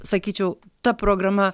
sakyčiau ta programa